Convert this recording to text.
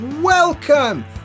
Welcome